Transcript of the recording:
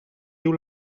diu